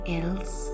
else